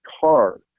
car